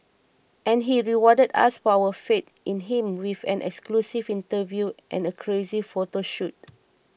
and he rewarded us for our faith in him with an exclusive interview and a crazy photo shoot